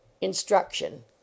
instruction